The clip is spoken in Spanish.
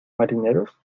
marineros